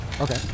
Okay